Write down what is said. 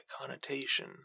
connotation